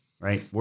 Right